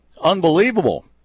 unbelievable